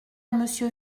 monsieur